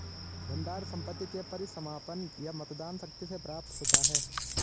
भंडार संपत्ति के परिसमापन या मतदान शक्ति से प्राप्त होता है